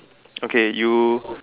okay you